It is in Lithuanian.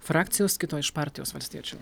frakcijos kito iš partijos valstiečių